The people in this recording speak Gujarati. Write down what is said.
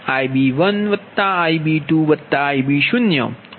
IbIb1Ib2Ib0 અને IcIc1Ic2Ic0 છે